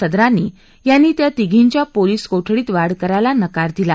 सदरानी यांनी त्या तिघींच्या पोलीस कोठडीत वाढ करायला नकार दिला